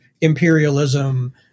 imperialism